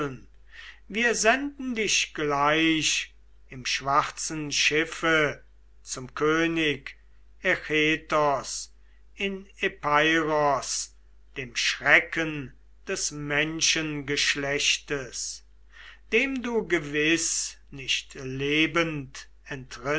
wir senden dich gleich im schwarzen schiffe zum könig echetos in epeiros dem schrecken des menschengeschlechtes dem du gewiß nicht lebend